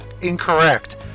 Incorrect